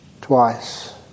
twice